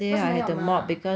为什么要抹